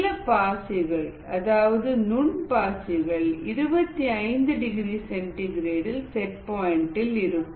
சில பாசிகள் நுண் பாசிகள் 25 டிகிரி சென்டிகிரேட் செட் பாயிண்டில் இருக்கும்